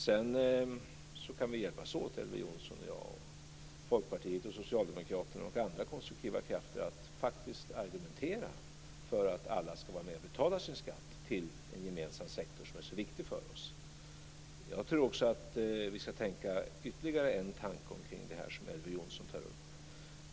Sedan kan vi hjälpas åt, Elver Jonsson och jag, Folkpartiet och Socialdemokraterna och andra konstruktiva krafter, att faktiskt argumentera för att alla ska vara med och betala sin skatt till en gemensam sektor som är så viktig för oss. Jag tror också att vi ska tänka ytterligare en tanke omkring det som Elver Jonsson tar upp.